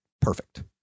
perfect